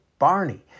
Barney